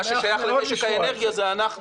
מה שקשור לאנרגיות, זה אנחנו.